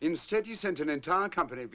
instead you sent an entire company